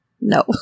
No